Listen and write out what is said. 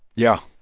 yeah